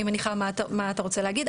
אני מניחה מה אתה רוצה להגיד.